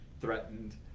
threatened